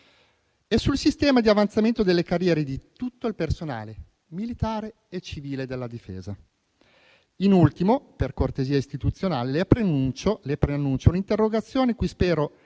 e sul sistema di avanzamento delle carriere di tutto il personale della Difesa, militare e civile. In ultimo, per cortesia istituzionale, le preannuncio un'interrogazione che spero